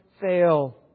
fail